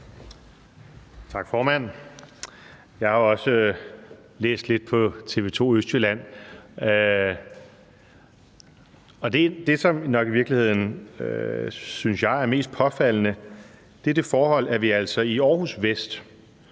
Tak, formand. Jeg har også læst lidt på TV 2 Østjyllands hjemmeside, og det, som nok i virkeligheden, synes jeg, er mest påfaldende, er det forhold, at vi altså i Århus Vest,